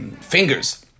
fingers